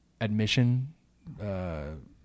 admission